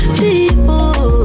people